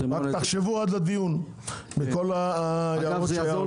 תחשוב עד לדיון על המוסכים.